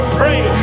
pray